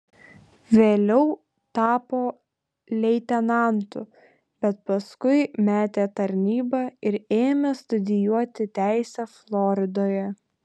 vėliau tapo leitenantu bet paskui metė tarnybą ir ėmė studijuoti teisę floridoje